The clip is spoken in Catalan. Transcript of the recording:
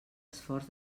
esforç